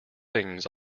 things